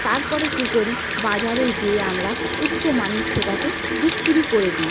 তারপরে কী করি বাজারে যেয়ে আমরা উচ্চমানে সেটাকে বিক্রি করে দিই